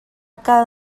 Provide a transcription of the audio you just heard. kal